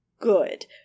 good